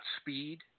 speed